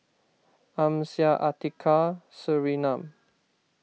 Amsyar Atiqah and Surinam